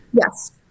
Yes